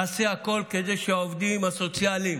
אעשה הכול כדי שהעובדים הסוציאליים